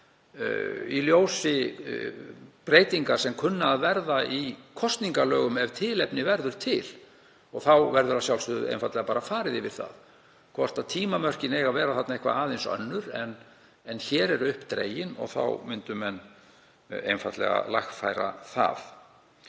í ljósi breytinga sem kunna að verða í kosningalögum ef tilefni verður til. Þá verður að sjálfsögðu einfaldlega bara farið yfir það hvort tímamörkin eigi að vera eitthvað aðeins önnur en hér eru upp dregin. Þá myndu menn einfaldlega lagfæra það